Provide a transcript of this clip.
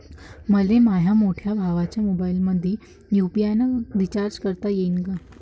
मले माह्या मोठ्या भावाच्या मोबाईलमंदी यू.पी.आय न रिचार्ज करता येईन का?